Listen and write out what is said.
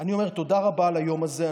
אני אומר, תודה רבה על היום הזה.